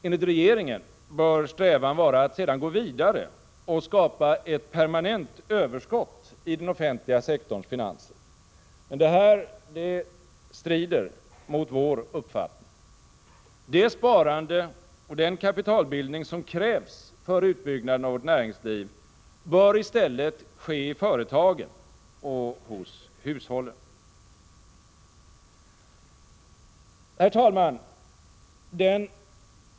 Enligt regeringen bör strävan vara att sedan gå vidare och skapa ett permanent överskott i den offentliga sektorns finanser. Med det strider mot vår uppfattning. Det sparande och den kapitalbildning som krävs för utbyggnaden av vårt näringsliv bör i stället ske i företagen och hos hushållen. Herr talman!